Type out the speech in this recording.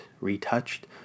retouched